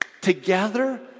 together